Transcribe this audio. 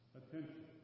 attention